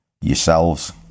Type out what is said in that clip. yourselves